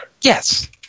Yes